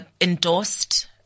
Endorsed